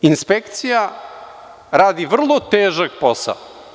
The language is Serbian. Inspekcija radi vrlo težak posao.